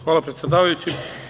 Hvala predsedavajući.